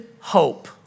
hope